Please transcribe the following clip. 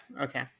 Okay